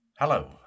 Hello